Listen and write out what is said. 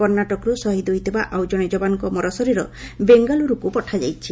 କର୍ଣ୍ଣାଟକରୁ ଶହୀଦ୍ ହୋଇଥିବା ଆଉ ଜଣେ ଯବାନଙ୍କ ମରଶରୀର ବେଙ୍ଗାଲ୍ରୁକୁ ପଠାଯାଇଛି